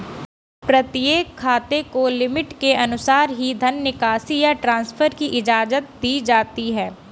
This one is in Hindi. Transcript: प्रत्येक खाते को लिमिट के अनुसार ही धन निकासी या ट्रांसफर की इजाजत दी जाती है